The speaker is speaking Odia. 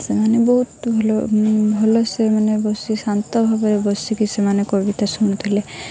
ସେମାନେ ବହୁତ ଭଲ ଭଲ ସେମାନେ ବସି ଶାନ୍ତ ଭାବରେ ବସିକି ସେମାନେ କବିତା ଶୁଣୁଥିଲେ